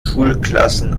schulklassen